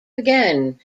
again